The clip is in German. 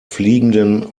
fliegenden